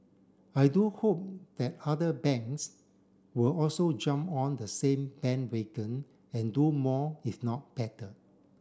I do hope that other banks will also jump on the same bandwagon and do more if not better